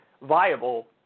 viable